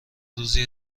روزی